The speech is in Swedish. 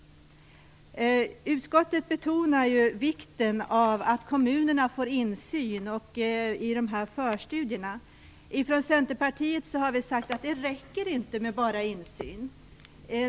Utskottet betonar ju vikten av att kommunerna får insyn i dessa förstudier. Vi från Centerpartiet har sagt att det inte räcker med bara insyn.